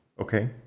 Okay